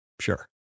Sure